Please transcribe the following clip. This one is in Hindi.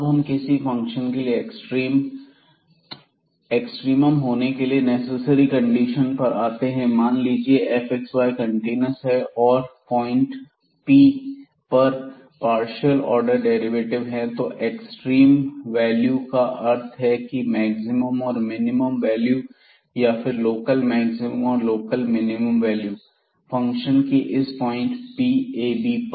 अब हम किसी फंक्शन के लिए एक्सट्रीम म होने के लिए नेसेसरी कंडीशन पर आते हैं मान लीजिए fxy कंटीन्यूअस है और पॉइंट Pab पर पार्शियल ऑर्डर डेरिवेटिव हैं तो एक्सट्रीम वैल्यू का अर्थ है की मैक्सिमम और मिनिमम वैल्यू या फिर लोकल मैक्सिमम और लोकल मिनिमम वैल्यू फंक्शन की इस पॉइंट Pab पर